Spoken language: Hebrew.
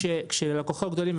כשלקוחות גדולים,